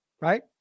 Right